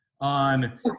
on